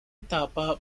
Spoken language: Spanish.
etapa